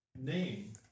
name